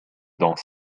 dans